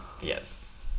yes